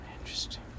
Interesting